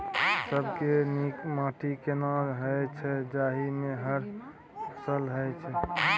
सबसे नीक माटी केना होय छै, जाहि मे हर फसल होय छै?